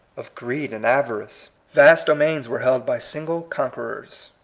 of greed and avarice. vast domains were held by single conquerors.